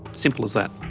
simple as that.